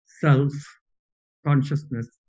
self-consciousness